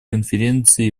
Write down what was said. конференции